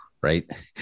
Right